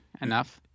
enough